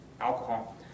Alcohol